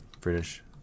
British